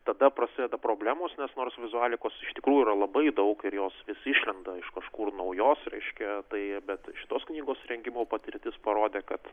tada prasideda problemos nes nors vizualikos iš tikrųjų yra labai daug ir jos vis išlenda iš kažkur naujos reiškia tai bet šitos knygos rengimo patirtis parodė kad